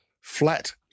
flat